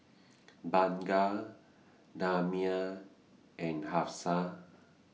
Bunga Damia and Hafsa